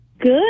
Good